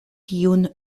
tiun